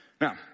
Now